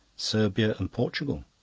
serbia, and portugal.